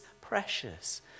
precious